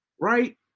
right